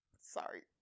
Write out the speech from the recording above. sorry